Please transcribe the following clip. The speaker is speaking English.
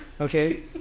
Okay